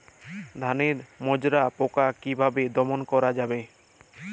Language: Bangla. ধানের মাজরা পোকা কি ভাবে দমন করা যাবে?